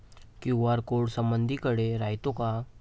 QR code समदीकडे रायतो का?